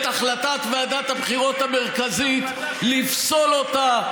החלטת ועדת הבחירות המרכזית לפסול אותה,